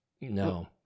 No